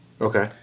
Okay